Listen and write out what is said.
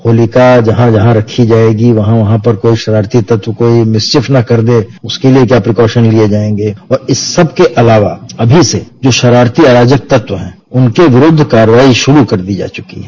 होलिका जहां जहां रखी जायेगी वहां वहां पर कोई शरारती तत्व कोई भिसचीफ न कर दे उसके लिए क्या प्रीकॉशंस लिये जायेंगे और इस सबके अलावा अभी से जो शरारती अराजक तत्व हैं उनके विरूद्ध कार्रवाई शुरू कर दी जा चुकी है